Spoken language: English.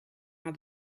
how